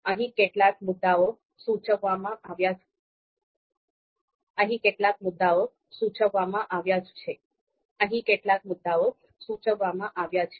અહીં કેટલાક મુદ્દાઓ સૂચવવામાં આવ્યા છે